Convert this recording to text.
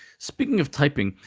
speaking of typing,